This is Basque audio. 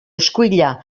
eskuila